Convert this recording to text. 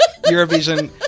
Eurovision